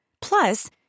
Plus